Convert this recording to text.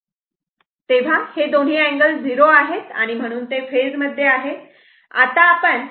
तेव्हा हे दोन्ही अँगल 0 आहे आणि म्हणून ते फेज केज मध्ये आहे